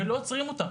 ולא עוצרים אותם.